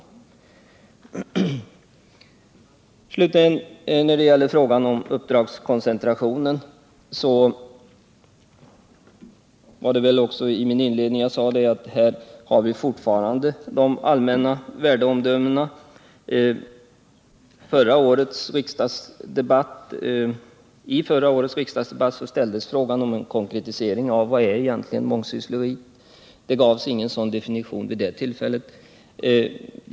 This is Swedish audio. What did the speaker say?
När det slutligen gäller frågan om uppdragskoncentrationen sade jag i mitt inledningsanförande att de gamla värderingarna lever kvar. I förra årets riksdagsdebatt ställdes den konkreta frågan: Vad är egentligen mångsyssleri? Någon definition gavs inte vid det tillfället.